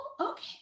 Okay